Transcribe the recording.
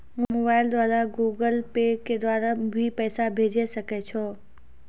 Mobile द्वारा Google Pay के द्वारा भी पैसा भेजै सकै छौ?